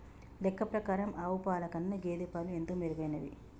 లెక్క ప్రకారం ఆవు పాల కన్నా గేదె పాలు ఎంతో మెరుగైనవి